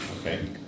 Okay